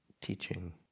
teaching